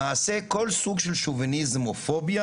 למעשה, כל סוג של שוביניזם או פוביה